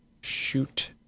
shoot